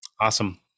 Awesome